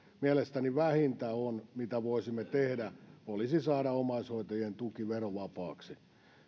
mielestäni vähintä mitä voisimme tehdä olisi saada omaishoitajien tuki verovapaaksi